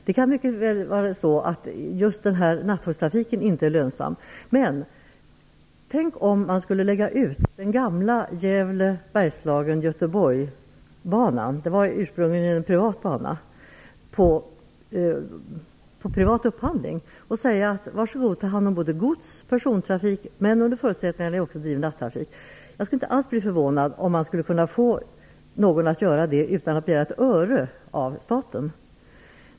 Det kan mycket väl vara så att just den här nattågstrafiken inte är lönsam, men tänk om man skulle lägga ut trafiken på den gamla banan Gävle-Bergslagen-Göteborg - det var ursprungligen en privat bana - på privat upphandling och säga: Var så god, ta hand om både gods och persontrafik, men under förutsättning att ni också driver nattrafik. Jag skulle inte alls bli förvånad om man skulle få någon att göra det utan att begära ett öre av staten.